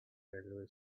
railway